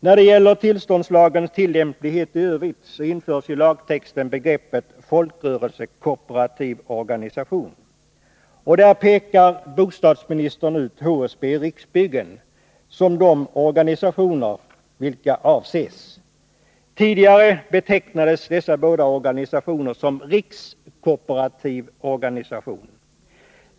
När det gäller tillståndslagens tillämplighet i övrigt så införs i lagtexten begreppet ”folkrörelsekooperativ organisation”. Bostadsministern pekar ut HSB och Riksbyggen som de organisationer vilka avses. Tidigare betecknades dessa båda organisationer som ”rikskooperativa” organisationer.